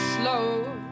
slow